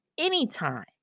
Anytime